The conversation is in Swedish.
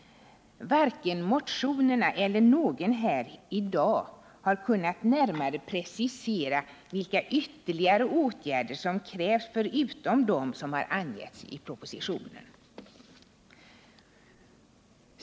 Varken i motionerna eller i något av anförandena i dag har man kunnat närmare precisera vilka ytterligare åtgärder som krävs utöver dem som angivits i propositionen.